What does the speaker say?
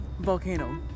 Volcano